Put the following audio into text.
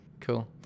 Cool